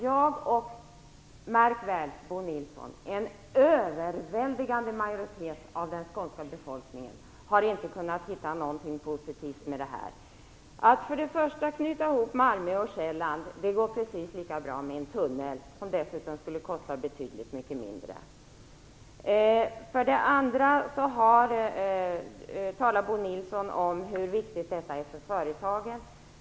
Jag och - märk väl, Bo Nilsson - en överväldigande majoritet av den skånska befolkningen har inte kunnat hitta någonting positivt med projektet. Att knyta ihop Malmö och Själland går precis lika bra med en tunnel, som dessutom skulle kosta betydligt mindre. Bo Nilsson talar om hur viktigt detta är för företagen.